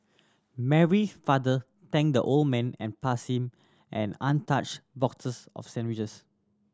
Mary's father thanked the old man and passed him an untouched box of sandwiches